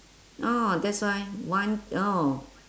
ah that's why one ya